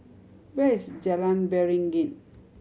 where is Jalan Beringin